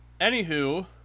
anywho